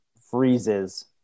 freezes